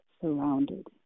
surrounded